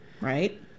Right